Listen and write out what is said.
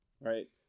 Right